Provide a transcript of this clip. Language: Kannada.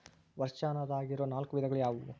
ವರ್ಷಾಶನದಾಗಿರೊ ನಾಲ್ಕು ವಿಧಗಳು ಯಾವ್ಯಾವು?